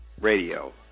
radio